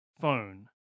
phone